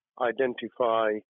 identify